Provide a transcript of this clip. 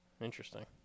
Interesting